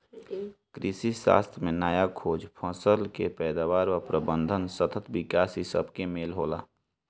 कृषिशास्त्र में नया खोज, फसल कअ पैदावार एवं प्रबंधन, सतत विकास इ सबके मेल होला